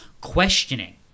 questioning